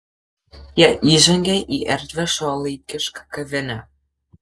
jie įžengė į erdvią šiuolaikišką kavinę